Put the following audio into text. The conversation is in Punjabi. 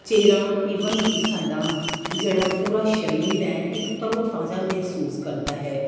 ਚਿਹਰਾ ਈਵਨ ਕਿ ਸਾਡਾ ਜਿਹੜਾ ਪੂਰਾ ਸਰੀਰ ਹੈ ਇੱਕ ਤਰੋ ਤਾਜ਼ਾ ਮਹਿਸੂਸ ਕਰਦਾ ਹੈ